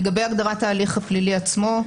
לגבי הגדרת ההליך הפלילי עצמו.